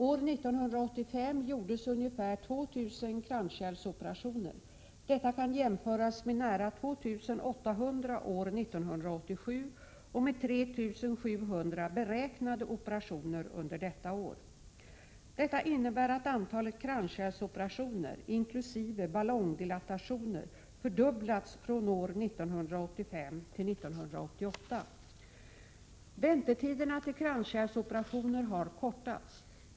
År 1985 gjordes ungefär 2 000 kranskärlsoperationer. Detta kan jämföras med nära 2 800 år 1987 och med 3 700 beräknade operationer under detta år. Detta innebär att antalet kranskärlsoperationer — inkl. s.k. ballongdilatationer — fördubblats från år 1985 till år 1988. Väntetiderna till kranskärlsoperationer har kortats.